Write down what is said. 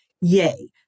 Yay